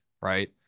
right